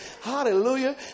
Hallelujah